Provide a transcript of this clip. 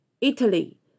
Italy